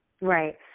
Right